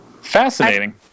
Fascinating